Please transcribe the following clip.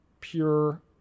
pure